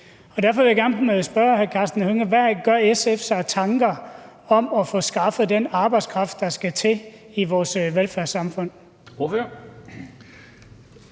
hvad SF gør sig af tanker om at få skaffet den arbejdskraft, der skal til i vores velfærdssamfund.